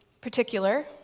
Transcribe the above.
particular